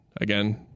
again